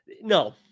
No